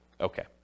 Okay